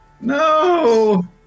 No